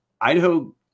Idaho